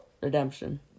Redemption